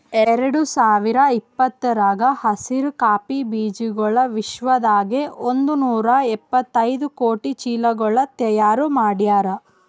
ಎರಡು ಸಾವಿರ ಇಪ್ಪತ್ತರಾಗ ಹಸಿರು ಕಾಫಿ ಬೀಜಗೊಳ್ ವಿಶ್ವದಾಗೆ ಒಂದ್ ನೂರಾ ಎಪ್ಪತ್ತೈದು ಕೋಟಿ ಚೀಲಗೊಳ್ ತೈಯಾರ್ ಮಾಡ್ಯಾರ್